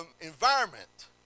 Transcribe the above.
environment